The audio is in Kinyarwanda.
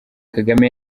kagame